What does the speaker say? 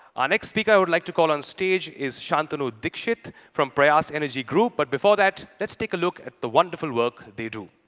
our next speaker who i would like to call on stage is shantanu dixit from prayas energy group. but before that, let's take a look at the wonderful work they do.